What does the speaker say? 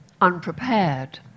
unprepared